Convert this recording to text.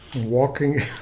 walking